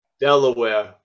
Delaware